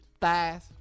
Thighs